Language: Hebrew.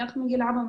בערך מגיל 4,